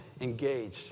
engaged